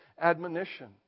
admonition